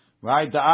Right